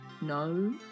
No